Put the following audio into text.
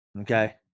Okay